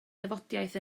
dafodiaith